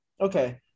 Okay